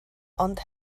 ond